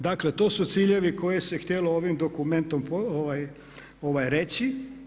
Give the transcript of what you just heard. Dakle, to su ciljevi koje se htjelo ovim dokumentom reći.